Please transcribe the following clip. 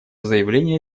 заявление